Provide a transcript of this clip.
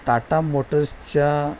टाटा मोटर्सच्या